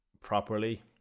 properly